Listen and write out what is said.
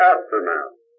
Aftermath